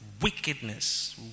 wickedness